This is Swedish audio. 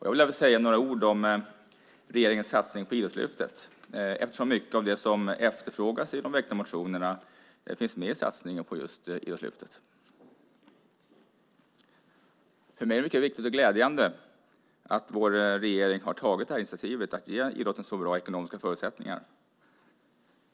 Jag vill säga några ord om regeringens satsning på Idrottslyftet. Mycket av det som efterfrågas i de väckta motionerna finns med i satsningen Idrottslyftet. För mig är det viktigt och glädjande att vår regering har tagit detta initiativ att ge idrotten så bra ekonomiska förutsättningar.